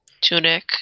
tunic